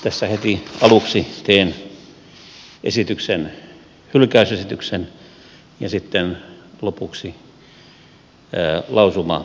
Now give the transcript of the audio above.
tässä heti aluksi teen hylkäysesityksen ja sitten lopuksi lausumaehdotuksen jos hylkäys ei toteudu